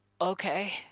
Okay